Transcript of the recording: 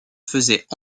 faisaient